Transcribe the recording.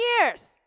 years